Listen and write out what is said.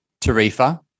Tarifa